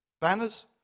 banners